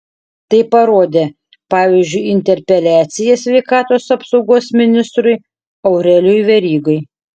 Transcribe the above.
tai parodė pavyzdžiui interpeliacija sveikatos apsaugos ministrui aurelijui verygai